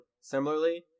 similarly